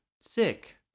Sick